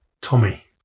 Tommy